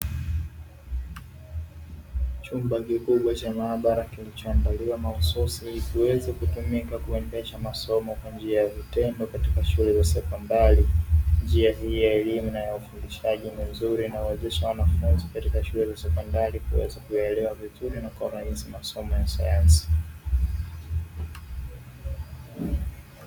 Chumba kikubwa cha maabara kilichoandaliwa mahususi ili kiweze kutumika kuendesha masomo kwa njia ya vitendo katika shule ya sekondari. njia hii ya elimu na ya ufundishaji ni nzuri inayowawezesha wanafunzi katika shule za sekondari kuweza kuyaelewa vizuri na kwa urahisi masomo ya sayansi.